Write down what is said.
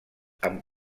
amb